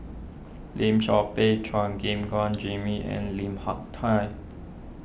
Lim Chor Pee Chua Gim Guan Jimmy and Lim Hak Tai